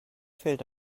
fällt